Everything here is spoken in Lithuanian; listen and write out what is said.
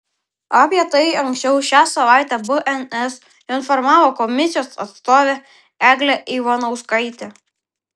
apie tai anksčiau šią savaitę bns informavo komisijos atstovė eglė ivanauskaitė